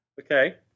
Okay